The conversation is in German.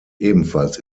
ebenfalls